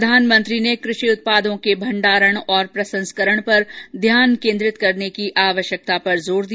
प्रधानमंत्री ने कृषि उत्पादों के भंडारण और प्रसंस्करण पर ध्यान केंद्रित करने की आवश्यकता पर जोर दिया